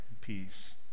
peace